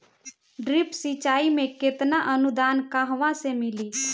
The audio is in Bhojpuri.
ड्रिप सिंचाई मे केतना अनुदान कहवा से मिली?